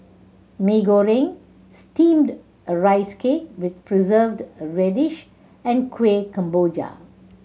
Mee Goreng Steamed Rice Cake with Preserved Radish and Kueh Kemboja